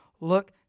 look